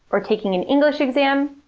or taking an english exam,